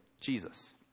Jesus